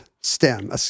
stem